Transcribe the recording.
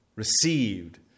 Received